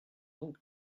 donc